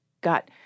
got